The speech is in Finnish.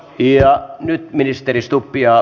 ja nyt ministeri stubb